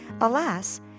Alas